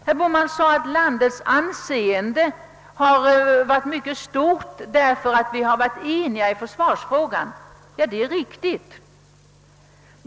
Herr Bohman sade, att landets anseende varit mycket stort därför att vi varit eniga om vårt försvar. Det är riktigt.